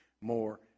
more